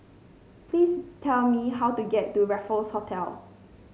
please tell me how to get to Raffles Hotel